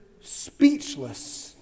speechless